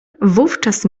wówczas